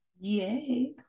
Yay